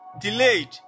delayed